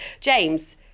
James